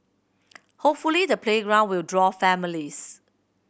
hopefully the playground will draw families